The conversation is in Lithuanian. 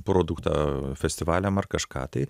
produktą festivaliam ar kažką tai